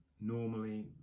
normally